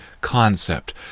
concept